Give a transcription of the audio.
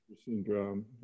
syndrome